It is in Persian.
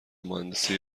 مهندسی